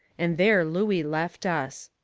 and there looey left us.